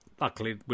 Luckily